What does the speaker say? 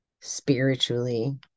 spiritually